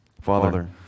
Father